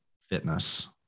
fitness